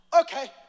Okay